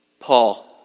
Paul